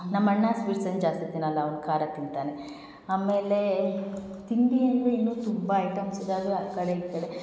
ನಮ್ಮ ಅಣ್ಣ ಸ್ವೀಟ್ಸ್ ಏನೂ ಜಾಸ್ತಿ ತಿನ್ನಲ್ಲ ಅವ್ನು ಖಾರ ತಿಂತಾನೆ ಆಮೇಲೆ ತಿಂಡಿ ಅಂದರೆ ಇನ್ನೂ ತುಂಬ ಐಟಮ್ಸ್ ಇದಾವೆ ಆ ಕಡೆ ಈ ಕಡೆ